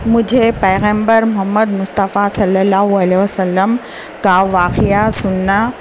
مجھے پيغمبر محمد مصطفىٰ صلى اللہ عليہ وسلم كا واقعہ سننا